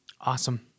Awesome